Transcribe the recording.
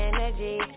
Energy